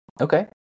Okay